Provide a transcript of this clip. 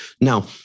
Now